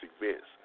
events